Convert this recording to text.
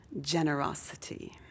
generosity